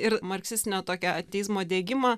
ir marksistinio tokio ateizmo diegimą